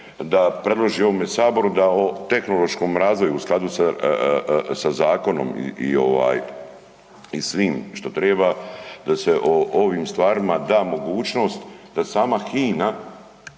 da predloži ovome Saboru da o tehnološkom razvoju u skladu sa zakonom i svim što treba, da se ovim stvarima da mogućnost da sama HINA